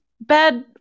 bad